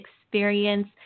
experience